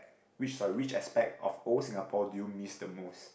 which sorry which aspect of old Singapore do you miss the most